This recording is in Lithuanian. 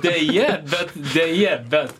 deja bet deja bet